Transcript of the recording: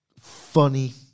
Funny